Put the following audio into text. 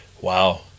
Wow